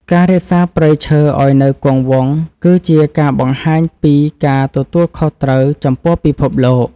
ការរក្សាព្រៃឈើឱ្យនៅគង់វង្ស គឺជាការបង្ហាញពីការទទួលខុសត្រូវចំពោះពិភពលោក។